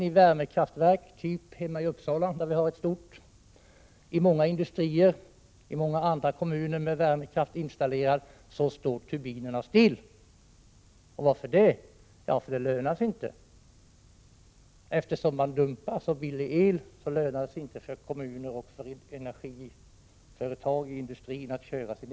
I resten, typ det stora värmekraftverk vi har hemma i Uppsala, i andra kommuner med värmekraft installerad och i många industrier, står turbinernastilla. Varför det? Jo, för det lönar sig inte för kommuner och industrier att köra sin egen mottryckskraft så länge man dumpar billig el.